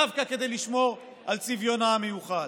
דווקא כדי לשמור על צביונה המיוחד.